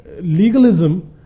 Legalism